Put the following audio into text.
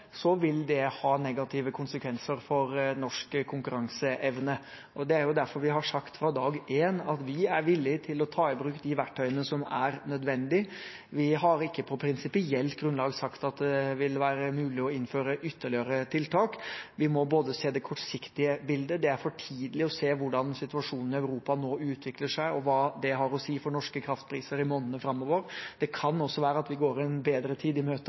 vil det ha negative konsekvenser for norsk konkurranseevne. Det er derfor vi har sagt fra dag én at vi er villig til å ta i bruk de verktøyene som er nødvendig. Vi har ikke på prinsipielt grunnlag sagt at det vil være umulig å innføre ytterligere tiltak. Vi må ikke bare se det kortsiktige bildet – det er for tidlig å se hvordan situasjonen i Europa nå utvikler seg, og hva det har å si for norske kraftpriser i månedene framover. Det kan også være at vi går en bedre tid i møte,